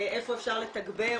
איפה אפשר לתגבר,